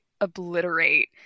obliterate